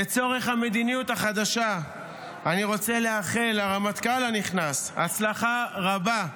לצורך המדיניות החדשה אני רוצה לאחל לרמטכ"ל הנכנס הצלחה רבה.